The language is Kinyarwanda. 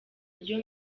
ryo